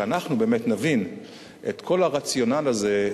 שאנחנו באמת נבין את כל הרציונל הזה,